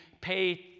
pay